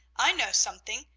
i know something.